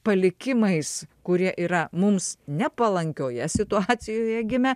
palikimais kurie yra mums nepalankioje situacijoje gimę